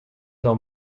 dans